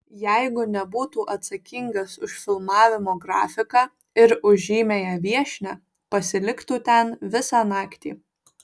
jeigu nebūtų atsakingas už filmavimo grafiką ir už žymiąją viešnią pasiliktų ten visą naktį